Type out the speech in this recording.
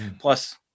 Plus